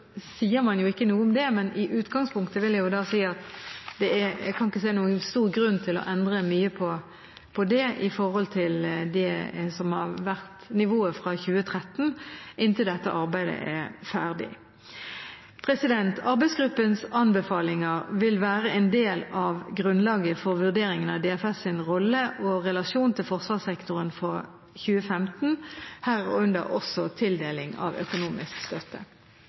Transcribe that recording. Man sier jo ikke noe om det, men i utgangspunktet kan jeg ikke se noen stor grunn til å endre mye på det som har vært nivået i 2013, inntil dette arbeidet er ferdig. Arbeidsgruppens anbefalinger vil være en del av grunnlaget for vurderingen av DFS’ rolle og relasjon til forsvarssektoren for 2015, herunder også tildeling av økonomisk støtte.